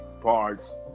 parts